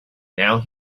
now